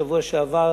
בשבוע שעבר.